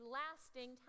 lasting